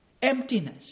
emptiness